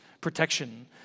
protection